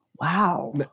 Wow